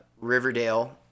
Riverdale